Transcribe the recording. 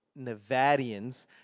Nevadians